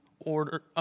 order